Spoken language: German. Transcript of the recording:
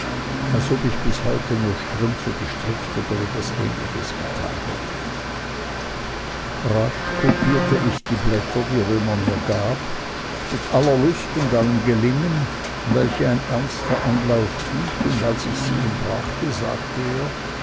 als ob ich bis heute nur strümpfe gestrickt oder etwas ähnliches getan hätte rasch kopierte ich die blätter die römer mir mitgab mit aller lust und allem gelingen welche ein erster anlauf gibt und als ich sie ihm brachte sagte er